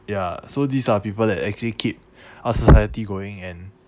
ya so these are the people that actually keep our society going and